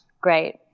great